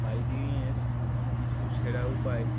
বাইকিংয়ের কিছু সেরা উপায়